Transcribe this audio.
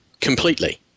completely